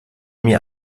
mir